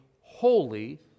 holy